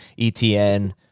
ETN